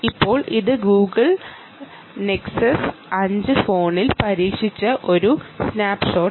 ഇപ്പോൾ ഇത് Google Nexus 5 ഫോണിൽ പരീക്ഷിച്ച ഒരു സ്നാപ്പ്ഷോട്ടാണ്